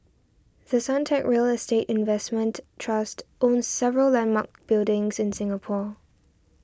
The Suntec real estate investment trust owns several landmark buildings in Singapore